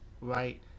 right